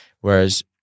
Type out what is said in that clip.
Whereas